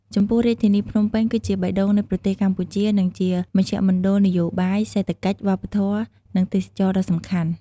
ចំពោះរាជធានីភ្នំពេញ គឺជាបេះដូងនៃប្រទេសកម្ពុជា និងជាមជ្ឈមណ្ឌលនយោបាយ សេដ្ឋកិច្ច វប្បធម៌ និងទេសចរណ៍ដ៏សំខាន់។